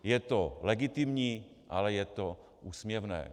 Je to legitimní, ale je to úsměvné.